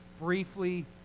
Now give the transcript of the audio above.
briefly